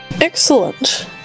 Excellent